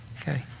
Okay